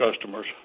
customers